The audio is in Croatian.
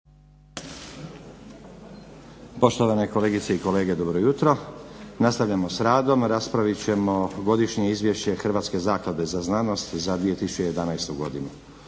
Poštovane kolegice i kolege dobro jutro. Nastavljamo s radom, a raspravit ćemo - Godišnje izvješće Hrvatske zaklade za znanost za 2011. godinu